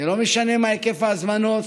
זה לא משנה מה היקף ההזמנות.